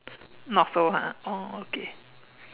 not so ha oh okay